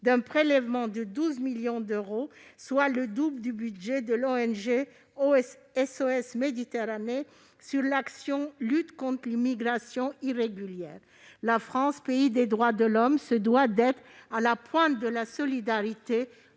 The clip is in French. un prélèvement de 12 millions d'euros, soit le double du budget de l'ONG SOS Méditerranée, sur les crédits de l'action n° 03, Lutte contre l'immigration irrégulière. La France, pays des droits de l'homme, se doit d'être à la pointe de la solidarité